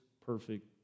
perfect